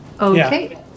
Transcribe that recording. Okay